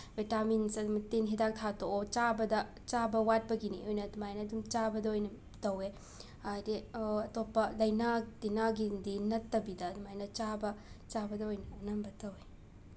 vitamins ꯑꯗ ꯇꯤꯟ ꯍꯤꯗꯥꯛ ꯊꯥꯗꯣꯛꯑꯣ ꯆꯥꯕꯗ ꯆꯥꯕ ꯋꯥꯠꯄꯒꯤꯅꯤ ꯑꯣꯏꯅ ꯑꯗꯨꯃꯥꯏꯅ ꯑꯗꯨꯝ ꯆꯥꯕꯗ ꯑꯣꯏꯅ ꯇꯧꯋꯦ ꯍꯥꯏꯗꯤ ꯑꯇꯣꯞꯄ ꯂꯥꯏꯅꯥ ꯇꯤꯟꯅꯥꯒꯤꯗꯤ ꯅꯠꯇꯕꯤꯗ ꯑꯗꯨꯃꯥꯏꯅ ꯆꯥꯕ ꯆꯥꯕꯗ ꯑꯣꯏꯅ ꯑꯅꯝꯕ ꯇꯧꯋꯤ